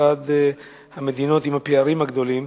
אחת המדינות עם הפערים הגדולים,